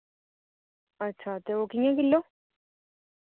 अच्छा ते ओह् कि'यां किलो